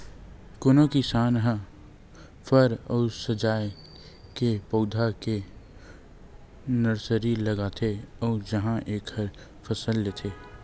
कोनो किसान ह फर अउ सजाए के पउधा के नरसरी लगाथे अउ उहां एखर फसल लेथे